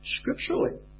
scripturally